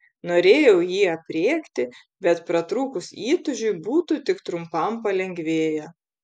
norėjau jį aprėkti bet pratrūkus įtūžiui būtų tik trumpam palengvėję